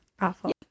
awful